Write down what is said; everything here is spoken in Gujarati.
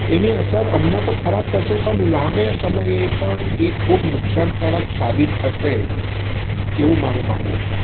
એની અસર હમણાં તો ખરાબ થસે પણ લાંબે સમયે પણ એ ખૂબ નુકસાનકારક સાબિત થશે એવું મારું માનવું છે